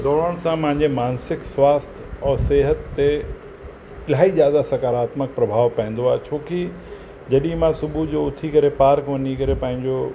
दौड़ण सां मुंहिंजे मानसिक स्वास्थय और सिहत ते इलाही ज़्यादा सकारात्मक प्रभाव पवंदो आहे छोकी जॾहिं मां सुबुह जो उथी करे पार्क में वञी करे पंहिंजो